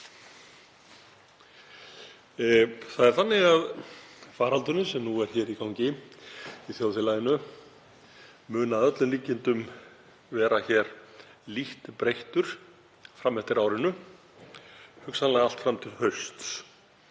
Það er þannig að faraldurinn sem nú er í gangi í þjóðfélaginu mun að öllum líkindum vera hér lítt breyttur fram eftir árinu, hugsanlega allt fram til hausts.